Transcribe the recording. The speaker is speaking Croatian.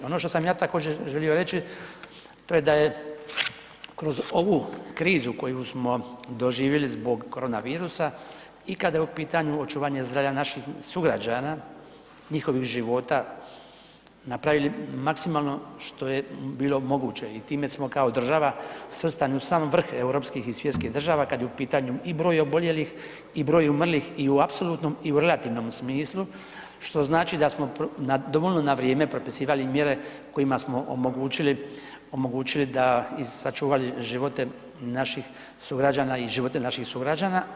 Ono što sam ja također želio reći to je da je kroz ovu krizu koju smo doživili zbog korona virusa i kada je u pitanju očuvanje zdravlja naših sugrađana, njihovih života, napravili maksimalno što je bilo moguće i time smo kao država svrstani u sami vrh europskih i svjetskih država kad je u pitanju i broj oboljelih i broj umrlih i u apsolutnom i u relativnom smislu što znači da smo dovoljno na vrijeme propisivali mjere kojima smo omogućili, omogućili da i sačuvali živote naših sugrađana i živote naših sugrađana.